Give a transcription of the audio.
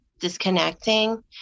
disconnecting